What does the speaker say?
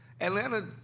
Atlanta